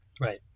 right